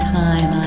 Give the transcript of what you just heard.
time